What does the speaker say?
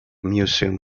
museum